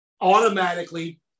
automatically